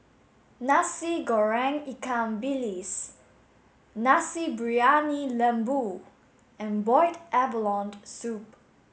Nasi Goreng Ikan Bilis Nasi Briyani Lembu and boiled abalone soup